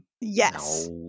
Yes